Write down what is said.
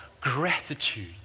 gratitude